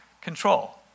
control